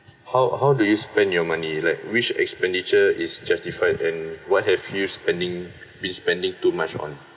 how how do you spend your money like which expenditure is justified and what have you spending been spending too much on